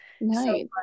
Nice